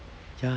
ya